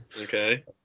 okay